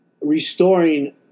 restoring